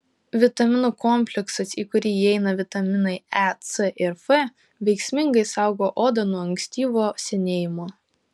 vitaminų kompleksas į kurį įeina vitaminai e c ir f veiksmingai saugo odą nuo ankstyvo senėjimo